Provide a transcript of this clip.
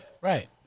Right